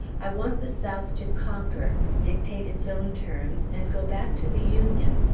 i want the south to conquer, dictate its own terms, and go back to the union,